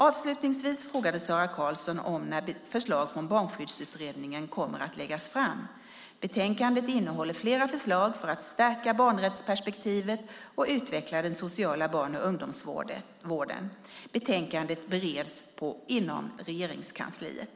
Avslutningsvis frågade Sara Karlsson när förslag från Barnskyddsutredningen kommer att läggas fram. Betänkandet innehåller flera förslag för att stärka barnrättsperspektivet och utveckla den sociala barn och ungdomsvården. Betänkandet bereds inom Regeringskansliet.